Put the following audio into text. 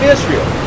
Israel